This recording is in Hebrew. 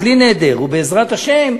בלי נדר ובעזרת השם,